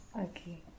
Okay